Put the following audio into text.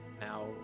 Now